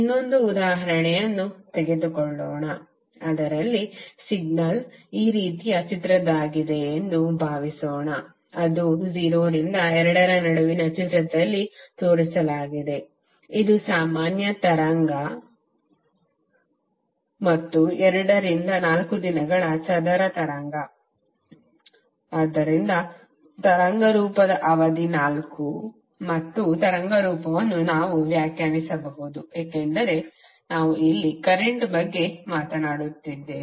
ಇನ್ನೊಂದು ಉದಾಹರಣೆಯನ್ನು ತೆಗೆದುಕೊಳ್ಳೋಣ ಅದರಲ್ಲಿ ಸಿಗ್ನಲ್ ಈ ಚಿತ್ರದ ರೀತಿಯದ್ದಾಗಿದೆ ಎಂದು ಭಾವಿಸೋಣ ಅದು 0 ರಿಂದ 2 ರ ನಡುವಿನ ಚಿತ್ರದಲ್ಲಿ ತೋರಿಸಲಾಗಿದೆ ಇದು ಸಾಮಾನ್ಯ ತರಂಗ ಮತ್ತು 2 ರಿಂದ 4 ದಿನಗಳ ಚದರ ತರಂಗ ಆದ್ದರಿಂದ ತರಂಗ ರೂಪದ ಅವಧಿ 4 ಮತ್ತು ತರಂಗರೂಪವನ್ನು ನಾವು ವ್ಯಾಖ್ಯಾನಿಸಬಹುದು ಏಕೆಂದರೆ ನಾವು ಇಲ್ಲಿ ಕರೆಂಟ್ ಬಗ್ಗೆ ಮಾತನಾಡುತ್ತಿದ್ದೇವೆ